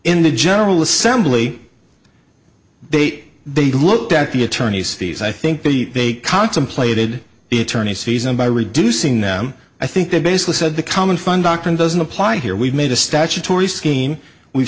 in the general assembly bait they looked at the attorneys fees i think the they contemplated the attorney season by reducing them i think they basically said the common fund doctrine doesn't apply here we've made a statutory scheme we've